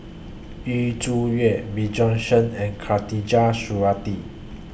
Yu Zhuye Bjorn Shen and Khatijah Surattee